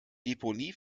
deponie